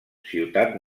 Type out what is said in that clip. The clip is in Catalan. ciutat